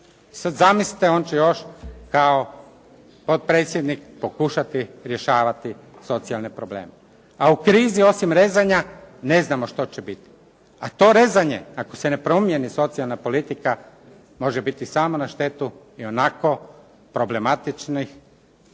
Sad zamislite on će još kao potpredsjednik pokušati rješavati socijalne probleme. A u krizi osim rezanja ne znamo što će biti. A to rezanje ako se ne promijeni socijalna politika može biti samo na štetu ionako problematičnih